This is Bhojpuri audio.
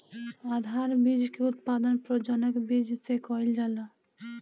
आधार बीज के उत्पादन प्रजनक बीज से कईल जाला